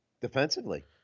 Defensively